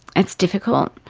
it's difficult.